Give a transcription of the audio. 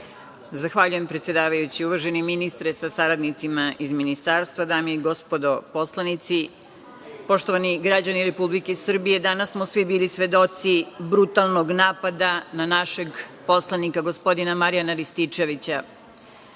Zahvaljujem, predsedavajući. Uvaženi ministre sa saradnicima iz Ministarstva, dame i gospodo poslanici, poštovani građani Republike Srbije, danas smo svi bili svedoci brutalnog napada na našeg poslanika gospodina Marijana Rističevića.